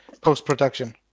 post-production